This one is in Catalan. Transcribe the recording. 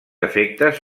efectes